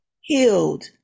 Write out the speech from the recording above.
Healed